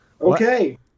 Okay